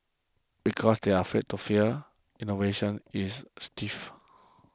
because they are afraid to fail innovation is stifled